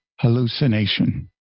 hallucination